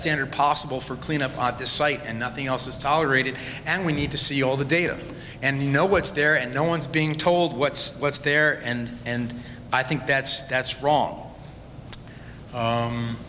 enter possible for cleanup at this site and nothing else is tolerated and we need to see all the data and know what's there and no one's being told what's what's there and and i think that's that's wrong